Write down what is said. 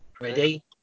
Ready